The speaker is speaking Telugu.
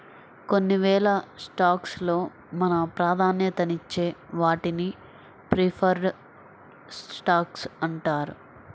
కొన్నివేల స్టాక్స్ లో మనం ప్రాధాన్యతనిచ్చే వాటిని ప్రిఫర్డ్ స్టాక్స్ అంటారు